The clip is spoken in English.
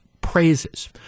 praises